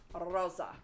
Rosa